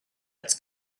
its